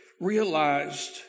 realized